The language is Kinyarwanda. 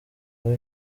nawe